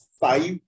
five